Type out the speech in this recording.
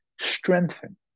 strengthen